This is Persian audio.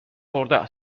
خورده